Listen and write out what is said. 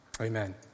Amen